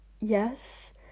yes